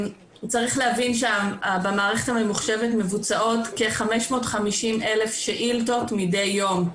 צריך להבין שבמערכת הממוחשבת מבוצעות כ-550,000 שאילתות מדי יום,